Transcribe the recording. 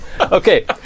Okay